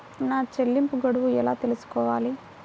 నా చెల్లింపు గడువు ఎలా తెలుసుకోవాలి?